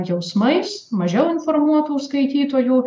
jausmais mažiau informuotų skaitytojų